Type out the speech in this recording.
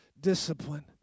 discipline